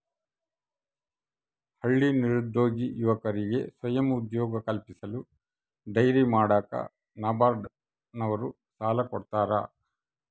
ಹಳ್ಳಿ ನಿರುದ್ಯೋಗಿ ಯುವಕರಿಗೆ ಸ್ವಯಂ ಉದ್ಯೋಗ ಕಲ್ಪಿಸಲು ಡೈರಿ ಮಾಡಾಕ ನಬಾರ್ಡ ನವರು ಸಾಲ ಕೊಡ್ತಾರ